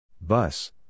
Bus